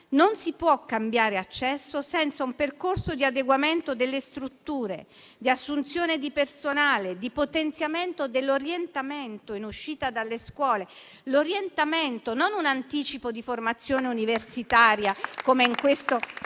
Non si può cambiare accesso senza un percorso di adeguamento delle strutture di assunzione di personale, di potenziamento dell'orientamento in uscita dalle scuole: l'orientamento, non un anticipo di formazione universitaria,